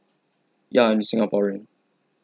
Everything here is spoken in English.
ya I'm singaporean